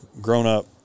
grown-up